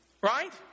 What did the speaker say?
right